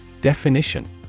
Definition